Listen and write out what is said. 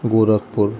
گورکھ پور